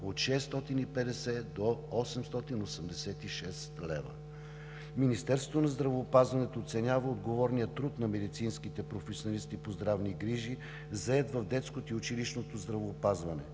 от 650 до 886 лв. Министерството на здравеопазването оценява отговорния труд на медицинските професионалисти по здравни грижи, зает в детското и училищното здравеопазване,